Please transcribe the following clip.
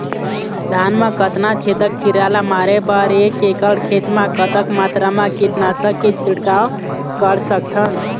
धान मा कतना छेदक कीरा ला मारे बर एक एकड़ खेत मा कतक मात्रा मा कीट नासक के छिड़काव कर सकथन?